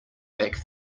back